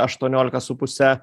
aštuoniolika su puse